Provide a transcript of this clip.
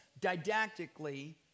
didactically